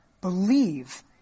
believe